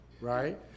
right